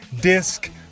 disc